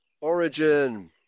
origin